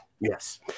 Yes